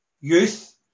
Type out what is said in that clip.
youth